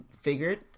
figured